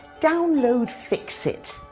download fix it.